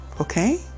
Okay